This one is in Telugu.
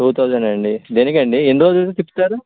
టూ థౌసండ్ అండీ దేనికండి ఎన్ని రోజులు తిప్పుతారు